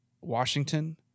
Washington